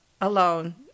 alone